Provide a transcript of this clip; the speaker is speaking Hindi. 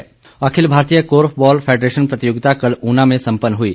कोर्फ बॉल अखिल भारतीय कोर्फ बॉल फैडरेशन प्रतियोगिता कल ऊना में संपन्न हुई